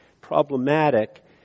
problematic